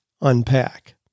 unpack